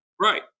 Right